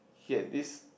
he had this